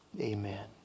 Amen